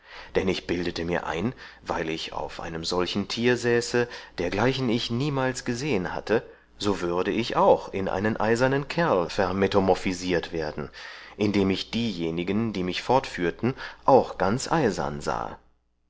dann ich bildete mir ein weil ich auf einem solchen tier säße dergleichen ich niemals gesehen hatte so würde ich auch in einen eisernen kerl vermethomophosiert werden indem ich diejenigen die mich fortführten auch ganz eisern sahe